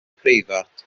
preifat